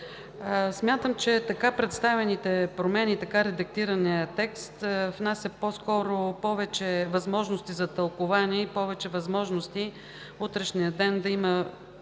Смятам, че така представените промени и така редактираният текст внасят по-скоро повече възможности за тълкувание и повече възможности в утрешния ден да има,